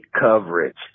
coverage